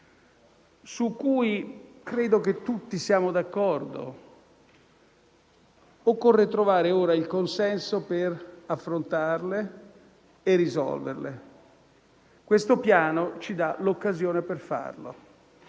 su cui credo che tutti siamo d'accordo. Occorre trovare ora il consenso per affrontarle e risolverle. Questo piano ci dà l'occasione per farlo.